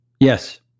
Yes